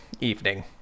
evening